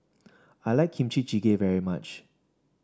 I like Kimchi Jjigae very much